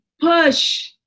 push